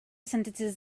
sentences